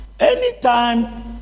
Anytime